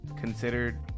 considered